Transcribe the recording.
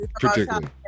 particularly